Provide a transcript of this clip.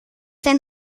sein